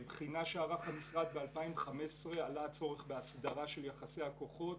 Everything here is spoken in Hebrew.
בבחינה שערך המשרד ב-2015 עלה הצורך בהסדרה של יחסי הכוחות